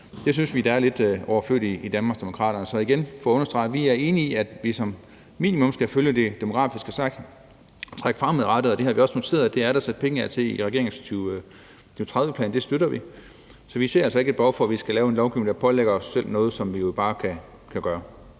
Det synes vi i Danmarksdemokraterne er lidt overflødigt. Så igen for at understrege det vil jeg sige: Vi er enige i, at vi som minimum skal følge det demografiske træk fremadrettet, og det har vi også noteret at der er sat penge af til i regeringens 2030-plan, og det støtter vi. Så vi ser altså ikke et behov for, at vi skal lave lovgivning, der pålægger os selv noget, som vi jo bare kan gøre.